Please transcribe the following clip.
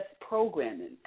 programming